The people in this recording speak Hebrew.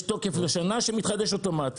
יש תוקף לשנה שמתחדש אוטומט.